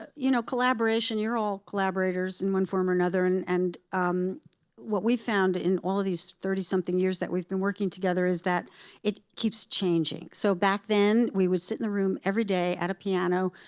ah you know, collaboration you're all collaborators in one form or another. and and um what we've found in all of these thirty something years that we've been working together is that it keeps changing. so back then, we would sit in the room every day at a piano,